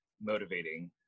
motivating